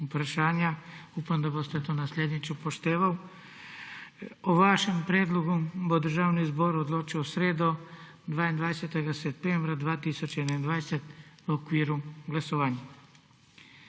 Upam, da boste to naslednjič upoštevali. O vašem predlogu bo Državni zbor odločal v sredo, 22. septembra 2021, v okviru glasovanj.